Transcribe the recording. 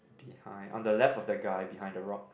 behind on the left of the guy behind the rocks